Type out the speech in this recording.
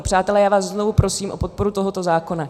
Přátelé, já vás znovu prosím o podporu tohoto zákona.